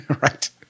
right